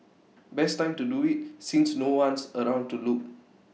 best time to do IT since no one's around to look